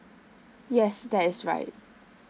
yes that is right